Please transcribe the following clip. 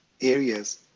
areas